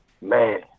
Man